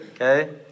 Okay